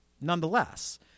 Nonetheless